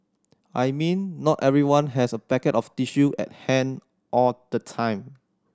I mean not everyone has a packet of tissue at hand all the time